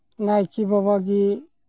ᱱᱟᱭᱠᱮ ᱵᱟᱵᱟ ᱜᱮ